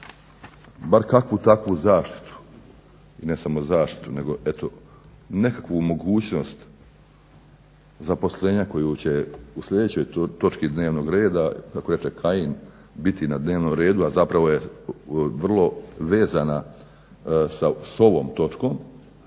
bar kakvu takvu zaštitu ne samo zaštitu nego eto nekakvu mogućnost zaposlenja koju će u sljedećoj točki dnevnog reda kako reče Kajin biti na dnevnom redu, a zapravo je vrlo vezana s ovom točkom,